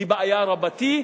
היא בעיה רבתי,